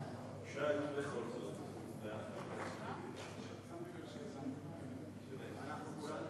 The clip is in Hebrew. הודעת הממשלה על רצונה להחיל דין רציפות